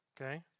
Okay